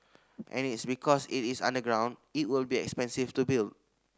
and its because it is underground it will be expensive to build